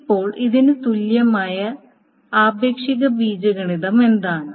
ഇപ്പോൾ ഇതിന് തുല്യമായ ആപേക്ഷിക ബീജഗണിതം എന്താണ്